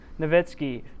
Nowitzki